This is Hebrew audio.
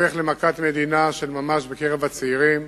ההופך למכת מדינה של ממש בקרב הצעירים,